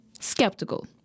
skeptical